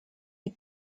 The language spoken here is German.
die